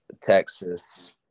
Texas